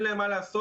אין להם מה לעשות,